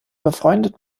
befreundet